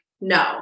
no